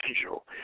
angel